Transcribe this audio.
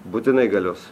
būtinai galios